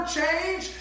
change